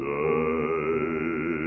die